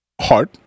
hot